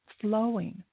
flowing